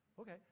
Okay